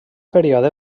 període